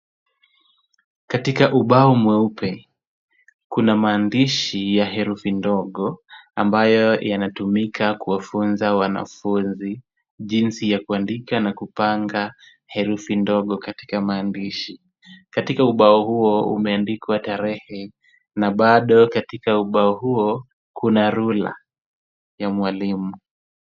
Katika ubao mweupe, kuna maandishi ya herufi ndogo, ambayo yanatumika kuwafunza wanafunzi, jinsi ya kuandika na kupanga herufi ndogo katika maandishi. Katika ubao huo umeandikwa tarehe na bado katika ubao huo, kuna ruler ya mwalimu.